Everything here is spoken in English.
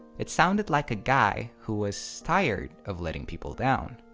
it sounded like a guy who was tired of letting people down.